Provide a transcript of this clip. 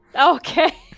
okay